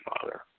father